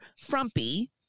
frumpy